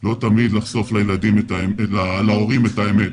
לא תמיד לחשוף להורים את האמת